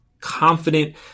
confident